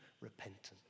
repentance